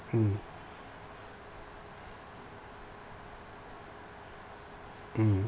mm mmhmm